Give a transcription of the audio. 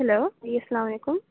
hello جی السّلام علیکم